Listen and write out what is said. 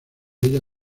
ella